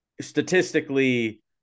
statistically